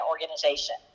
organization